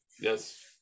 yes